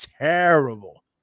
terrible